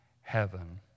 heaven